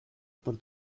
por